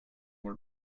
more